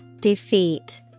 Defeat